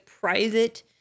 private